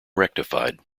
rectified